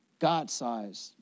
God-sized